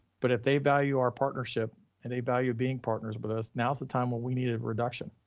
but if they value our partnership and a value of being partners with us, now's the time where we needed reduction.